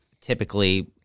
typically